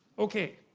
okay.